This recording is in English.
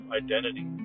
identity